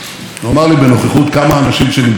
אמר לי בנוכחות כמה אנשים שנמצאים כאן,